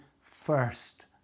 first